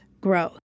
growth